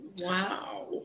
Wow